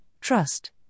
trust